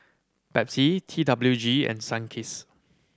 Pepsi T W G and Sunkist